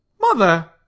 Mother